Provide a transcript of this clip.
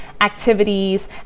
activities